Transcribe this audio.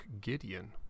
Gideon